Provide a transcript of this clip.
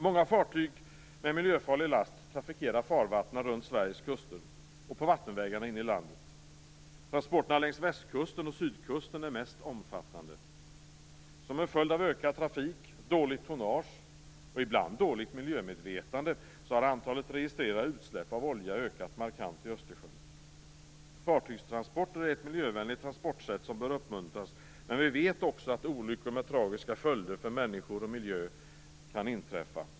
Många fartyg med miljöfarlig last trafikerar farvattnen runt Sveriges kuster och på vattenvägarna inne i landet. Transporterna längs väst och sydkusten är mest omfattande. Som en följd av ökad trafik, dåligt tonnage och ibland dåligt miljömedvetande har antalet registrerade utsläpp av olja ökat markant i Fartygstransporter är ett miljövänligt transportsätt som bör uppmuntras. Men vi vet också att olyckor med tragiska följder för människor och miljö kan inträffa.